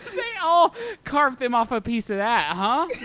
they all carved them off a piece of that, huh?